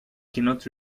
cannot